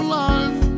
life